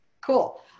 Cool